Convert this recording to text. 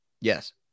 Yes